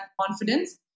confidence